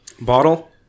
Bottle